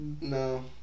No